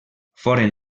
foren